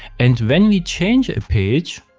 and when we change a page,